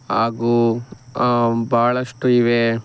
ಹಾಗೂ ಬಹಳಷ್ಟು ಇವೆ